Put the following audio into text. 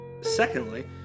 Secondly